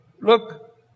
Look